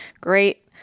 great